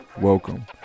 welcome